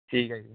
ਠੀਕ ਹੈ ਜੀ